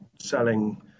selling